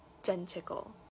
identical